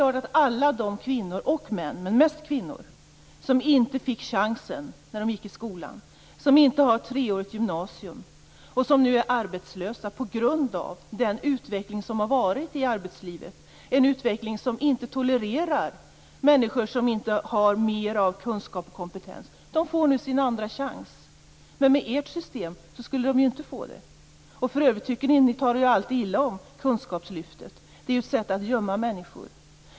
Alla de kvinnor och män, men mest kvinnor, som inte fick chansen när de gick i skolan, som inte har treårigt gymnasium och som nu är arbetslösa på grund av den utveckling som har varit i arbetslivet, en utveckling som inte tolererar människor som inte har mer av kunskap och kompetens, får nu sin andra chans. Men med ert system skulle de inte få det. För övrigt talar ni alltid illa om kunskapslyftet. Det är ett sätt att gömma människor.